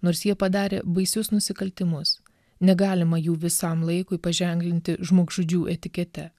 nors jie padarė baisius nusikaltimus negalima jų visam laikui paženklinti žmogžudžių etikete